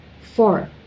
Four